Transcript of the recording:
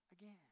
again